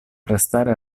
arrestare